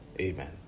Amen